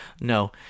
No